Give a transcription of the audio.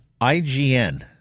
IGN